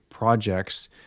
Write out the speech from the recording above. projects